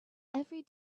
every